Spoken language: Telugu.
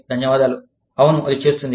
ధన్యవాదాలు అవును అది జూమ్ అవుట్ అవుతుంది